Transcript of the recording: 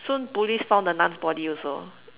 soon police found the nun's body also